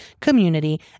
community